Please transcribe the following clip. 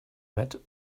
met